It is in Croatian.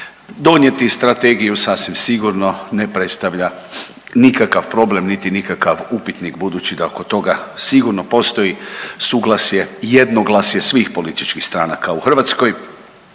Donijeti strategiju sasvim sigurno ne predstavlja nikakav problem niti nikakav upitnik budući da oko toga sigurno postoji suglasje, jednoglasje svih političkih stranaka u Hrvatskoj.